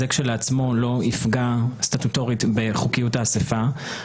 זה כשלעצמו לא יפגע סטטוטורית בחוקיות האסיפה.